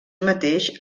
mateix